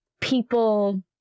people